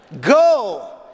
Go